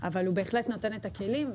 אבל הוא בהחלט נותן את הכלים.